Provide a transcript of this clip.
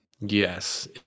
Yes